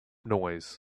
noise